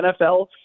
NFL